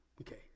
Okay